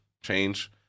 change